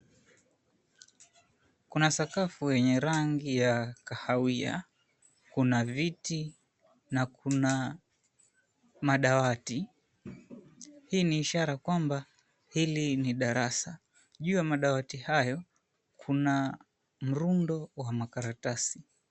Kuna sakafu yenye rangi ya kahawia, kuna viti na kuna madawati. Hii ni ishara kwamba hili ni darasa. Juu ya madawati hayo kuna mruundo wa makaratasi.